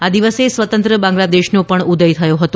આ દિવસે સ્વતંત્ર બાંગ્લાદેશનો પણ ઉદય થયો હતો